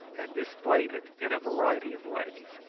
and displayed it in a variety of ways.